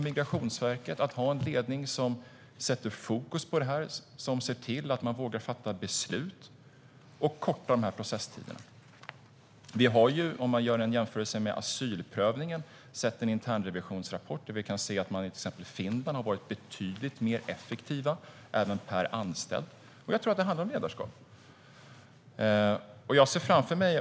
Migrationsverkets ledning måste sätta fokus på frågan, våga fatta beslut och se till att korta processtiderna. Man kan göra en jämförelse med asylprövningen. Enligt en internrevisionsrapport har man i till exempel Finland varit betydligt mer effektiv, även per anställd. Jag tror att det handlar om ledarskap.